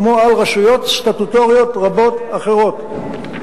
כמו על רשויות סטטוטוריות רבות אחרות,